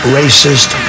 racist